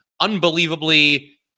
unbelievably